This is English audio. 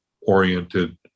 oriented